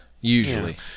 Usually